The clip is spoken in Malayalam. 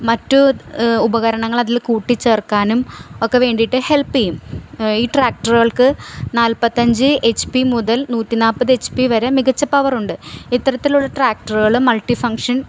മറ്റു ഉപകരണങ്ങൾ അതിൽ കൂട്ടി ചേർക്കാനും ഒക്കെ വേണ്ടിയിട്ട് ഹെൽപ് ചെയ്യും ഈ ട്രാക്ടറുകൾക്ക് നാല്പത്തിയഞ്ച് എച്ച് പി മുതൽ നൂറ്റി നാല്പത് എച്ച് പി വരെ മികച്ച പവറുണ്ട് ഇത്തരത്തിലുള്ള ട്രാക്ടറുകള് മൾട്ടി ഫങ്ഷൻ